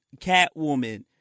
Catwoman